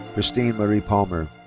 christine marie palmer.